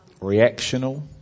reactional